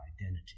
identity